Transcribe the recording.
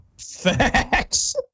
Facts